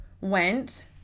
went